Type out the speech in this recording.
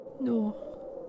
No